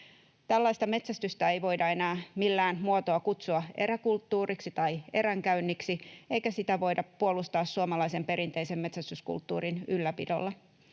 Tällaista metsästystä ei voida enää millään muotoa kutsua eräkulttuuriksi tai eränkäynniksi, eikä sitä voida puolustaa suomalaisen perinteisen metsästyskulttuurin ylläpidolla.